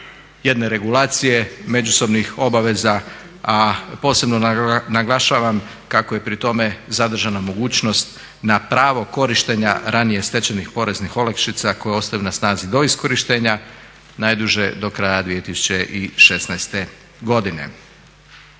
jedne regulacije međusobnih obaveza a posebno naglašavam kako je pri tome zadržana mogućnost na pravo korištenja ranije stečenih poreznih olakšica koje ostaju na snazi do iskorištenja najduže do kraja 2016. godine.